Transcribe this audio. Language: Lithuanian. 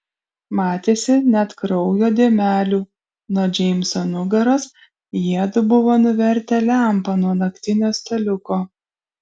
matėsi net kraujo dėmelių nuo džeimso nugaros jiedu buvo nuvertę lempą nuo naktinio staliuko